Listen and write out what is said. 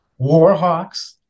Warhawks